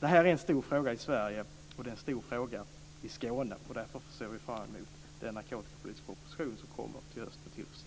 Det här är en stor fråga i Sverige, och det är en stor fråga i Skåne, och därför ser vi med tillförsikt fram mot den narkotikapolitiska proposition som kommer till hösten.